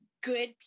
good